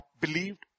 believed